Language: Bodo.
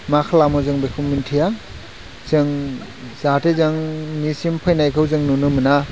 मा खालामो जों बेखौ मिन्थिया जों जाहाथे जोंनिसिम फैनायखौ जों नुनो मोना